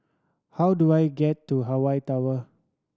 how do I get to Hawaii Tower